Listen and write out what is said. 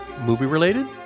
Movie-related